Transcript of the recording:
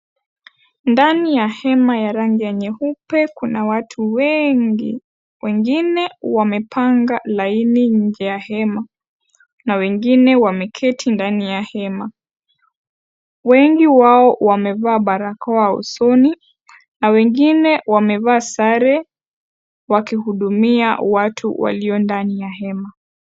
ndani ya ema ya rangi ya nyeupe kuna watu wengi. Wengine wamepanga laini ndani ya ema na wengine wameketi ndani ya ema. Wengi wao wamevaa barakoa na wengine wamevaa sare wakihudumia watu walio ndani ya hema.